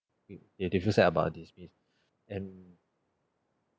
you you did feel sad about this and